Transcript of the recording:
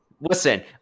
Listen